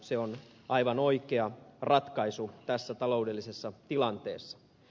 se on aivan oikea ratkaisu tässä taloudellisessa tilanteessa